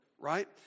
right